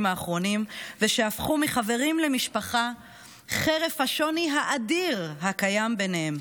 האחרונים ושהפכו מחברים למשפחה חרף השוני האדיר שקיים ביניהם.